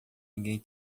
ninguém